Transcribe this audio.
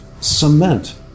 Cement